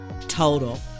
total